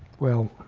well,